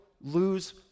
lose